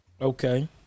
Okay